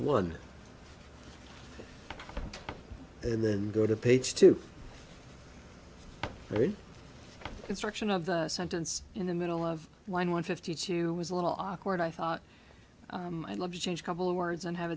one and then go to page two read construction of the sentence in the middle of line one fifty two was a little awkward i thought i love to change couple of words and have